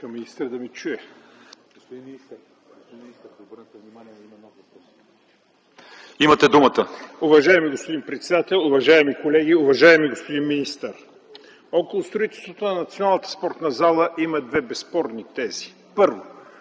София. ИВАН Н. ИВАНОВ (СК): Уважаеми господин председател, уважаеми колеги, уважаеми господин министър! Около строителството на Националната спортна зала има две безспорни тези. Първо,